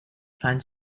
planned